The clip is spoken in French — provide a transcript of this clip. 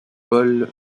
paul